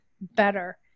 better